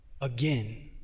again